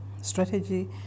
strategy